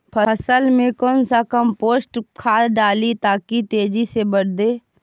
फसल मे कौन कम्पोस्ट खाद डाली ताकि तेजी से बदे?